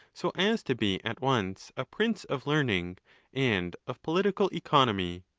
so as to be at once a prince of learning and of political economy.